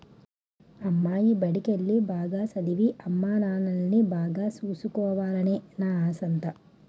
అమ్మాయి బడికెల్లి, బాగా సదవి, అమ్మానాన్నల్ని బాగా సూసుకోవాలనే నా ఆశంతా